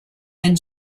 and